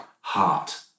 heart